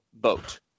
vote